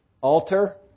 altar